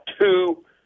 two